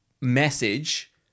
message